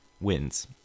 wins